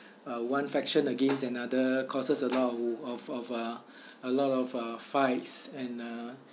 uh one faction against another causes a lot wo~ of of uh a lot of uh fights and uh